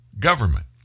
government